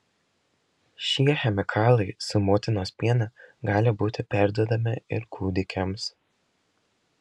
šie chemikalai su motinos pienu gali būti perduodami ir kūdikiams